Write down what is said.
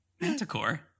manticore